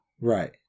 Right